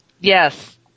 Yes